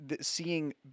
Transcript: seeing